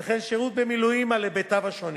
וכן שירות במילואים על היבטיו השונים.